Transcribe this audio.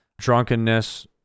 drunkenness